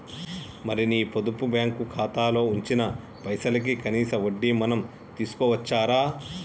మరి నీ పొదుపు బ్యాంకు ఖాతాలో ఉంచిన పైసలకి కనీస వడ్డీ మనం తీసుకోవచ్చు రా